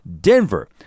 Denver